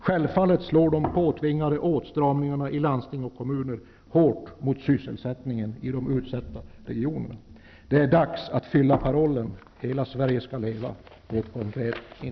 Självfallet slår de påtvingade åtstramningarna i landsting och kommuner hårt mot sysselsättningen i utsatta regioner. Det är dags att fylla parollen ''Hela Sverige skall leva'' med konkret innehåll.